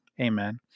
Amen